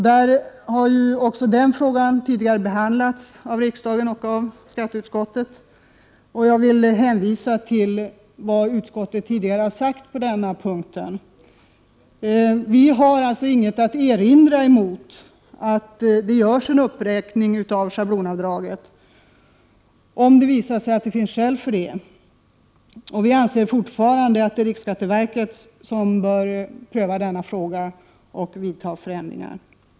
Frågan har tidigare behandlats av riksdagen, så jag hänvisar till vad utskottet tidigare sagt på denna punkt. Vi har alltså ingenting att erinra mot att det görs en uppräkning av schablonavdraget, om det visar sig att det finns skäl till det. Vi anser dock fortfarande att det är riksskatteverket som bör pröva denna fråga och vidta eventuella förändringar.